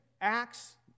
Acts